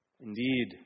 indeed